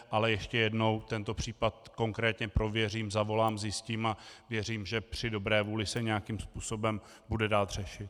Ale ještě jednou, tento případ konkrétně prověřím, zavolám, zjistím a věřím, že při dobré vůli se nějakým způsobem bude dát řešit.